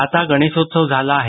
आता गणेशोत्सव झाला आहे